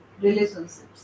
relationships